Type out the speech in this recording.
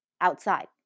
outside